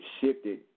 shifted